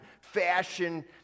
fashion